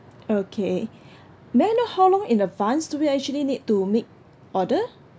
okay may I know how long in advance do we actually need to make order